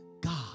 God